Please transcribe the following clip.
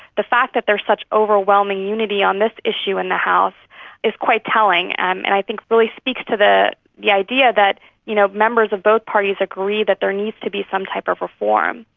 the fact that there is such overwhelming unity on this issue in the house is quite telling, and and i think really speaks to the the idea that you know members of both parties agree that there needs to be some type of reform.